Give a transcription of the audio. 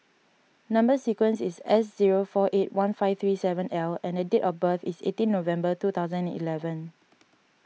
Number Sequence is S zero four eight one five three seven L and date of birth is eighteen November two thousand and eleven